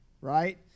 right